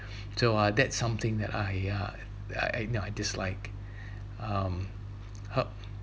so uh that's something that I ya I you know I dislike um how